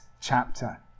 chapter